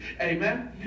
amen